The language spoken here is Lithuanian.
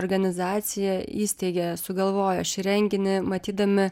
organizacija įsteigė sugalvojo šį renginį matydami